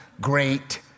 great